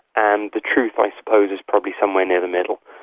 and the truth i suppose is probably somewhere near the middle.